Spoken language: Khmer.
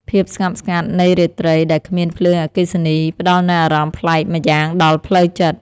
ភាពស្ងប់ស្ងាត់នៃរាត្រីដែលគ្មានភ្លើងអគ្គិសនី ផ្តល់នូវអារម្មណ៍ប្លែកម្យ៉ាងដល់ផ្លូវចិត្ត។